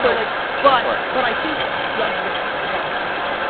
so, like but but i think judgment is on tilt.